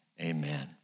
amen